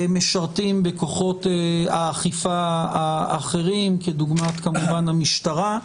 משרתים בכוחות האכיפה אחרים כדוגמת כמובן המשטרה,